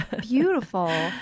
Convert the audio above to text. beautiful